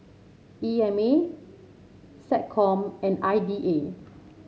E M A SecCom and I D A